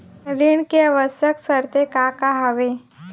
ऋण के आवश्यक शर्तें का का हवे?